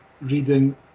reading